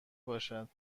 باشد